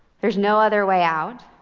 there's no other way out